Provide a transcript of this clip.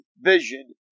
vision